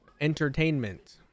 Entertainment